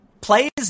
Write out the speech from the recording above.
plays